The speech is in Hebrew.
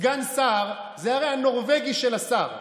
סגן שר זה הרי הנורבגי של השר,